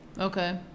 Okay